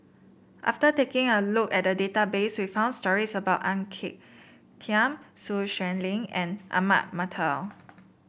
after taking a look at the database we found stories about Ang Peng Tiam Sun Xueling and Ahmad Mattar